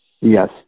Yes